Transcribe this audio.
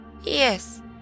yes